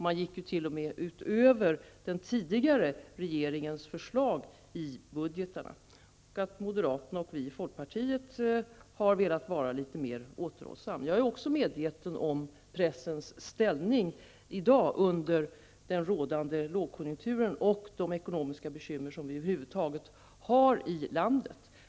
Man gick t.o.m. utöver den tidigare regeringens förslag i budgetarna. Moderaterna och vi i folkpartiet har däremot velat vara litet mer återhållsamma. Jag är också medveten om pressens ställning i dag under den rådande lågkonjunkturen och de ekonomiska bekymmer som vi över huvudet taget har i landet.